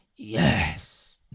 Yes